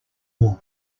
more